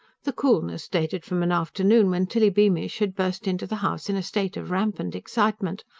the coolness dated from an afternoon when tilly beamish had burst into the house in a state of rampant excitement.